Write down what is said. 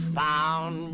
found